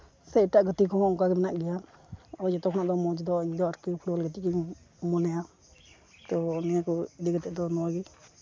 ᱥᱮ ᱮᱴᱟᱜ ᱜᱟᱛᱮ ᱠᱚᱦᱚᱸ ᱚᱱᱠᱟᱜᱮ ᱢᱮᱱᱟᱜ ᱜᱮᱭᱟ ᱟᱫᱚ ᱡᱚᱛᱚ ᱠᱷᱚᱱᱟᱜ ᱫᱚ ᱢᱚᱡᱽ ᱫᱚ ᱤᱧᱫᱚ ᱯᱷᱩᱴᱵᱚᱞ ᱜᱟᱛᱮ ᱜᱮᱧ ᱢᱚᱱᱮᱭᱟ ᱛᱚ ᱱᱤᱭᱟᱹ ᱠᱚ ᱤᱫᱤ ᱠᱟᱛᱮ ᱫᱚ ᱱᱚᱣᱟᱜᱮ